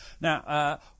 Now